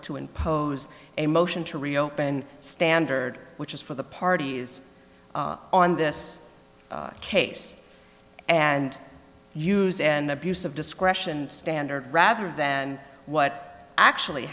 to impose a motion to reopen standard which is for the parties on this case and use and abuse of discretion standard rather than what actually